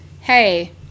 hey